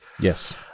yes